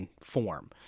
form